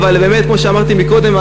אבל באמת כמו שאמרתי קודם,